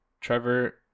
Trevor